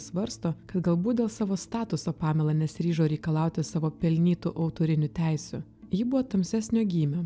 svarsto kad galbūt dėl savo statuso pamela nesiryžo reikalauti savo pelnytų autorinių teisių ji buvo tamsesnio gymio